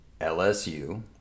LSU